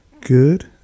good